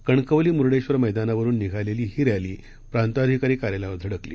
कणकवली मुर्डेश्वर मैदानावरून निघालेली ही रॅली प्रांताधिकारी कार्यालयावर धडकली